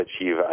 achieve